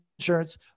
insurance